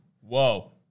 Whoa